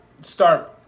start